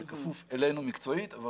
הוא כפוף אלינו מקצועית אבל